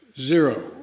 Zero